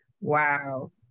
Wow